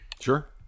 Sure